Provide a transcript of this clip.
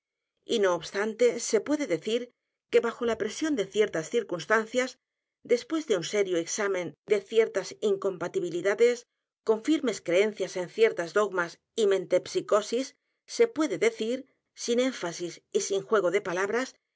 y no obstante se puede decir que bajo la presión de ciertas circunstancias después de un serio examen de ciertos incompatibilidades con firmes creencias en ciertas dogmas y metempsicosis se puede decir sin énfasis y sin juego de palabras